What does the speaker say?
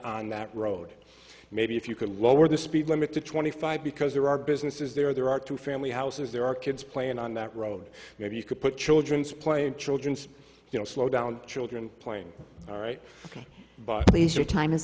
on that road maybe if you can lower the speed limit to twenty five because there are businesses there there are two family houses there are kids playing on that road maybe you could put children's play in children's you know slow down children playing all right but these are time is